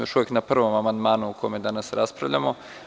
Još uvek smo na prvom amandmanu o kome danas raspravljamo.